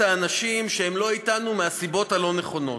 האנשים שהם לא אתנו מהסיבות הלא-נכונות;